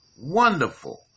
wonderful